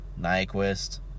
Nyquist